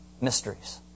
mysteries